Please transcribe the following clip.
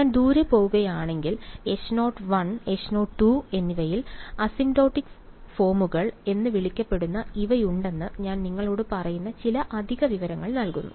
ഞാൻ ദൂരെ പോകുകയാണെങ്കിൽ H0 H0 എന്നിവയിൽ അസിംപ്റ്റോട്ടിക് ഫോമുകൾ എന്ന് വിളിക്കപ്പെടുന്ന ഇവയുണ്ടെന്ന് ഞാൻ നിങ്ങളോട് പറയുന്ന ചില അധിക വിവരങ്ങൾ നൽകുന്നു